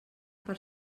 per